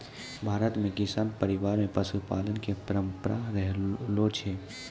भारत मॅ किसान परिवार मॅ पशुपालन के परंपरा रहलो छै